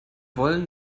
wollen